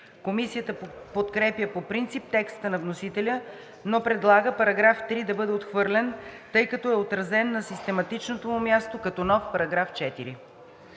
Комисията подкрепя по принцип текста на вносителя, но предлага § 3 да бъде отхвърлен, тъй като е отразен на систематичното му място като нов § 4.